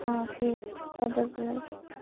اَوا ٹھیٖک چھُ اَدٕ حظ بِہِو حظ